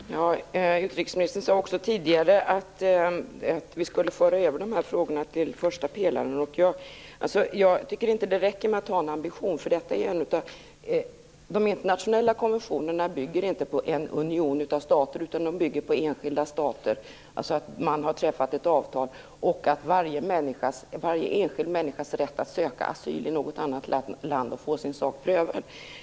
Herr talman! Utrikesministern sade tidigare att de här frågorna skulle föras över till första pelaren, men jag tycker inte att det räcker att bara ha en ambition. Internationella konventioner bygger ju inte på en union av stater utan på enskilda stater, dvs. på att avtal har träffats och på varje enskild människas rätt att söka asyl i något annat land och få sin sak prövad.